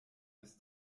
bis